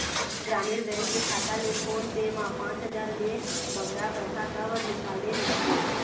ग्रामीण बैंक के खाता ले फोन पे मा पांच हजार ले बगरा पैसा काबर निकाले निकले?